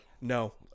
No